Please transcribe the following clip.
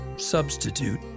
substitute